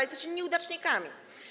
Jesteście nieudacznikami.